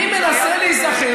אני מנסה להיזכר,